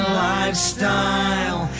lifestyle